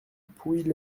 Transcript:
pouilly